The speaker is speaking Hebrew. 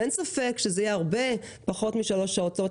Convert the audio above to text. אין ספק שזה יהיה הרבה פחות משלוש שעות.